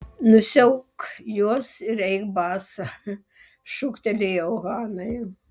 nusiauk juos ir eik basa šūktelėjau hanai